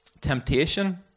Temptation